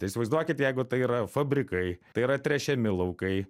tai įsivaizduokit jeigu tai yra fabrikai tai yra tręšiami laukai